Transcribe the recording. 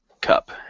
cup